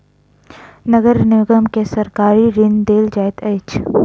नगर निगम के सरकारी ऋण देल जाइत अछि